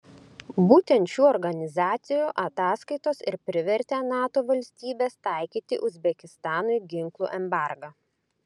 būtent šių organizacijų ataskaitos ir privertė nato valstybes taikyti uzbekistanui ginklų embargą